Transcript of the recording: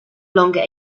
longer